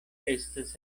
estas